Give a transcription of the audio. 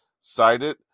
cited